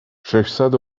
ششصد